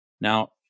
Now